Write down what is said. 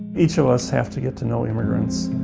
each of us have to get to know immigrants,